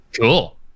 cool